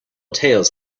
tales